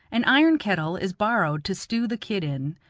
an iron kettle is borrowed to stew the kid in,